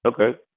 Okay